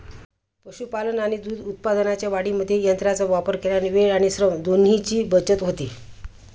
पशुपालन आणि दूध उत्पादनाच्या वाढीमध्ये यंत्रांचा वापर केल्याने वेळ आणि श्रम दोन्हीची बचत होते